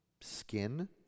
skin